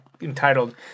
entitled